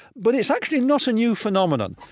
but it's actually not a new phenomenon.